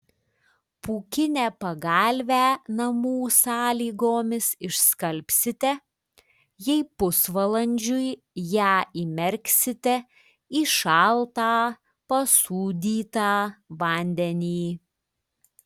pūkinę pagalvę namų sąlygomis išskalbsite jei pusvalandžiui ją įmerksite į šaltą pasūdytą vandenį